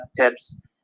tips